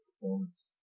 performance